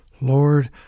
Lord